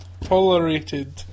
Tolerated